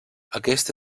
aquest